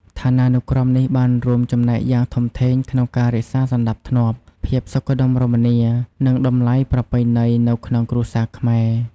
ឋានានុក្រមនេះបានរួមចំណែកយ៉ាងធំធេងក្នុងការ រក្សាសណ្ដាប់ធ្នាប់ ភាពសុខដុមរមនា និងតម្លៃប្រពៃណី នៅក្នុងគ្រួសារខ្មែរ។